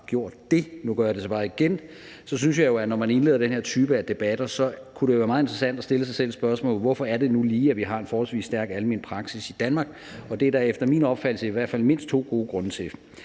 har gjort det; nu gør jeg det så bare igen – så synes jeg, at når man indleder den her type af debatter, kunne det være meget interessant at stille sig selv spørgsmålet: Hvorfor er det nu lige, at vi har en forholdsvis stærk almen praksis i Danmark? Og det er der efter min opfattelse i hvert fald mindst to gode grunde til.